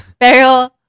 Pero